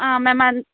um ma'am an